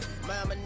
Mama